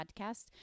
podcast